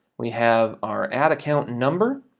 we have our ad account number.